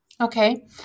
okay